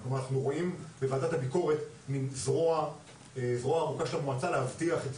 אז אנחנו נבקש מהממשלה להסביר,